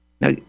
Now